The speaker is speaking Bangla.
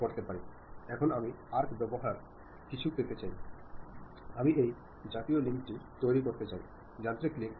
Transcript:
এখন আমি আর্ক বরাবর কিছু পেতে চাই আমি এই জাতীয় লিঙ্কটি তৈরি করতে চাইযান্ত্রিক লিঙ্ক